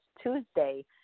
Tuesday